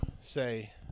say